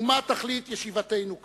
ומה תכלית ישיבתנו כאן?